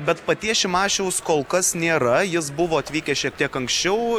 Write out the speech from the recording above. bet paties šimašiaus kol kas nėra jis buvo atvykęs šiek tiek anksčiau